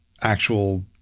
actual